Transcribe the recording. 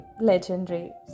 legendary